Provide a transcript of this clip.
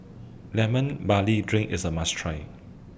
Lemon Barley Drink IS A must Try